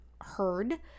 heard